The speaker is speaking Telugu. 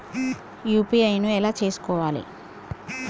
యూ.పీ.ఐ ను ఎలా చేస్కోవాలి?